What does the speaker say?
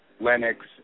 Lennox